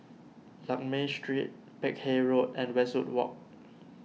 Lakme Street Peck Hay Road and Westwood Walk